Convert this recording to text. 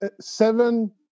seven